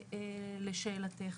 לשאלתך,